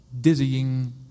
dizzying